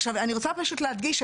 עכשיו אני רוצה פשוט להדגיש,